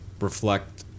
reflect